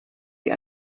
die